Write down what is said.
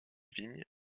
vignes